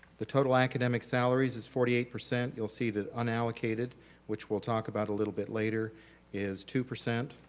the total academic salary is is forty eight percent. you'll see that unallocated which we'll talk about a little bit later is two percent,